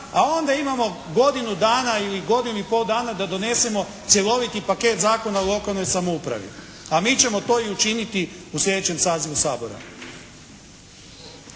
A onda imamo godinu dana ili godinu i pol dana da donesemo cjeloviti paket Zakona o lokalnoj samoupravi. A mi ćemo to i učiniti u sljedećem sazivu Sabora.